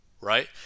right